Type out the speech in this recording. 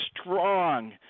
strong